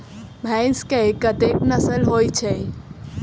भैंस केँ कतेक नस्ल होइ छै?